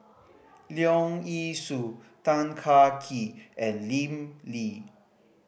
Leong Yee Soo Tan Kah Kee and Lim Lee